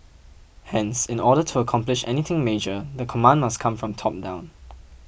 hence in order to accomplish anything major the command must come from the top down